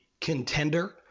contender